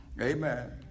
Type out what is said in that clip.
Amen